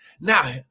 Now